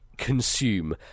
consume